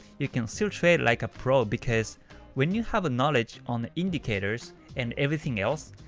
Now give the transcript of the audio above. you can still trade like a pro because when you have knowledge on indicators and everything else,